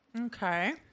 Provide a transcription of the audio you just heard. Okay